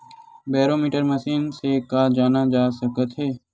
Barometer machine से का जाना जा सकत हे?